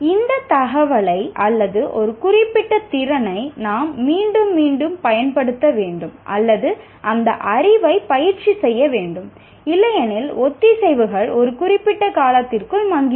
இந்த தகவலை அல்லது ஒரு குறிப்பிட்ட திறனை நாம் மீண்டும் மீண்டும் பயன்படுத்த வேண்டும் அல்லது அந்த அறிவைப் பயிற்சி செய்ய வேண்டும் இல்லையெனில் ஒத்திசைவுகள் ஒரு குறிப்பிட்ட காலத்திற்குள் மங்கிவிடும்